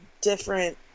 different